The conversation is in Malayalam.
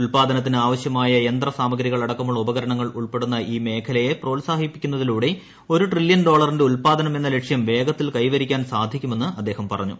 ഉൽപ്പാദനത്തിന് ആവശ്യമായ യന്ത്ര സാമഗ്രികൾ അടക്കമുള്ള ഉപകരണങ്ങൾ ഉൾപ്പെടുന്ന ഈ മേഖലയെ പ്രോത്സാഹിപ്പിക്കുന്നതിലൂടെ ഒരു ട്രില്യൺ ഡോളറിന്റെ ഉൽപാദനം എന്ന ലക്ഷ്യം വേഗത്തിൽ കൈവരിക്കാൻ സാധിക്കു മെന്ന് അദ്ദേഹം പറഞ്ഞു